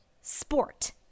sport